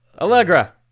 Allegra